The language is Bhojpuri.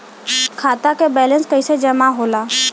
खाता के वैंलेस कइसे जमा होला?